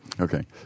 Okay